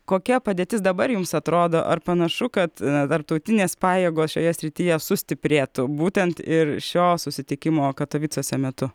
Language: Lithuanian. kokia padėtis dabar jums atrodo ar panašu kad tarptautinės pajėgos šioje srityje sustiprėtų būtent ir šio susitikimo katovicuose metu